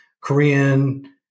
Korean